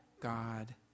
God